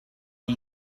you